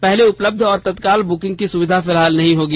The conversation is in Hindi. पहले उपलब्ध और तत्काल बुकिंग की सुविधा फिलहाल नहीं होगी